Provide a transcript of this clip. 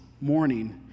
morning